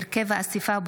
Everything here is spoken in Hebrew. (הוראת שעה,